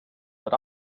but